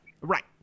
right